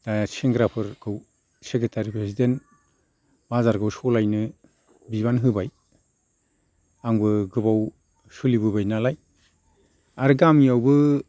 दा सेंग्राफोरखौ secretary president बाजारखौ सालायनो बिबान होबाय आंबो गोबाव सोलिबोबाय नालाय आरो गामियावबो